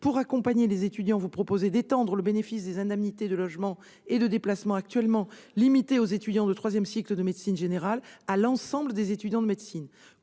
Pour accompagner les étudiants, vous proposez d'étendre le bénéfice des indemnités de logement et de déplacement, actuellement limitées aux étudiants de troisième cycle de médecine générale, à l'ensemble des étudiants de médecine.